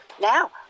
now